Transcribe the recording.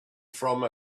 from